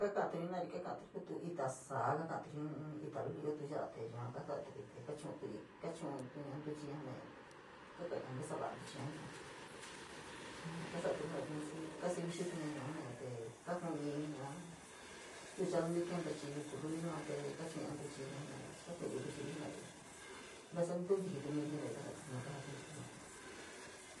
Kakaturi jena’ari kakaturi ja kuu ita saó kaka’aturi jii ita luli ioo tu ya’a te yua kaasa’aturi kachu’uturi kachu’utuña ntuchiña jenaña te kakaña ndasava’a ntuchiña jii yua, yua kasaturi jinari kasiv xituña, kaju’unituña ntucha luli jaa kenta chii yukun luliun yua te kaa chu’una ntuchiña jenaña, kaachu’uri ntuchiri jeenari, ntasa ntutiji tu nuri jenari kaa ka’ari yua, kaja tiuto yua.